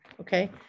okay